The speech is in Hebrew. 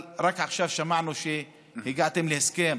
אבל רק עכשיו שמענו שהגעתם להסכם,